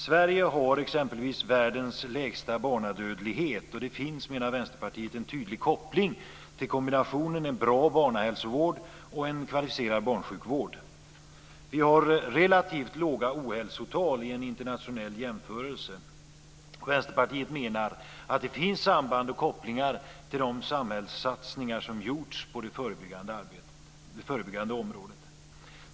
Sverige har exempelvis världens lägsta barnadödlighet, och det finns, menar Vänsterpartiet, en tydlig koppling till kombinationen bra barnhälsovård och kvalificerad barnsjukvård. Vi har relativt låga ohälsotal i en internationell jämförelse, och Vänsterpartiet menar att det finns samband och kopplingar till de samhällssatsningar som har gjorts på det förebyggande området.